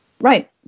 Right